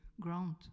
ground